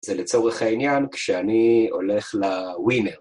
זה לצורך העניין כשאני הולך לווינר.